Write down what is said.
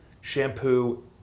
shampoo